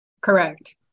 Correct